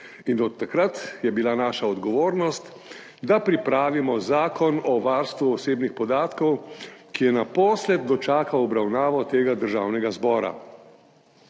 in od takrat je bila naša odgovornost, da pripravimo Zakon o varstvu osebnih podatkov, ki je naposled dočakal obravnavo v tem Državnem zboru.